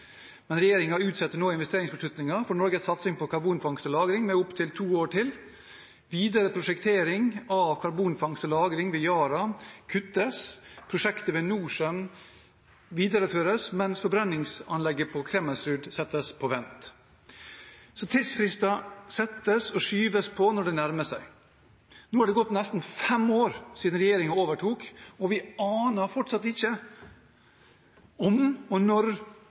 men regjeringen utsetter nå investeringsbeslutningen for Norges satsing på karbonfangst og -lagring med opptil to år. Videre prosjektering av karbonfangst og -lagring ved Yara kuttes, prosjektet ved Norcem videreføres, mens forbrenningsanlegget på Klemetsrud settes på vent. Så tidsfrister settes og skyves på når det nærmer seg. Nå har det gått nesten fem år siden regjeringen overtok, og vi aner fortsatt ikke om og når